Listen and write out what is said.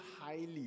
highly